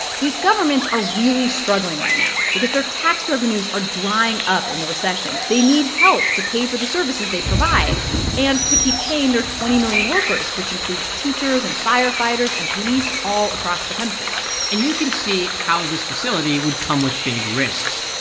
these governments are really struggling right now because their tax revenues are drying up in the recession. they need help to pay for the services they provide and to keep paying their twenty million workers, which includes teachers and firefighters and police all across the country and you can see how this facility would come with big risks.